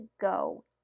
go